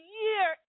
year